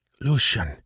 Lucian